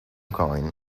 coin